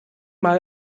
mal